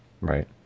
Right